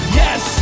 yes